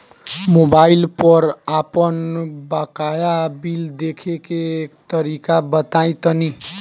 Mobile पर आपन बाकाया बिल देखे के तरीका बताईं तनि?